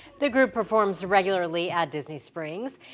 the group performs regularly at disney springs.